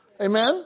Amen